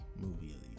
movie